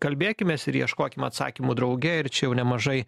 kalbėkimės ir ieškokim atsakymų drauge ir čia jau nemažai